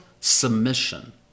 submission